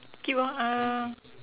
skip lor uh